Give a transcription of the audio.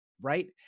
right